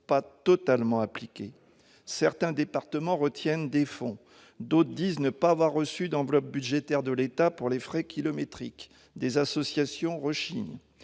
pas totalement appliquées : certains départements retiennent les fonds, d'autres disent ne pas avoir reçu d'enveloppe budgétaire de l'État pour les frais kilométriques, des associations rechignent